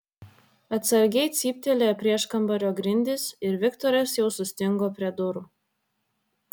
atsargiai cyptelėjo prieškambario grindys ir viktoras jau sustingo prie durų